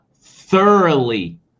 thoroughly